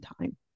time